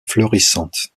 florissante